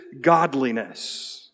godliness